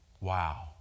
Wow